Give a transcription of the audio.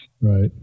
Right